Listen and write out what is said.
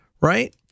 right